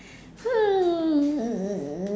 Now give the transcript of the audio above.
hmm